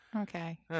Okay